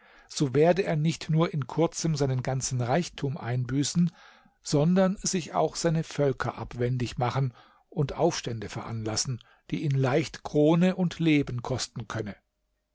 so werde er nicht nur in kurzem seinen ganzen reichtum einbüßen sondern sich auch seine völker abwendig machen und aufstände veranlassen die ihn leicht krone und leben kosten könne